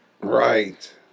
Right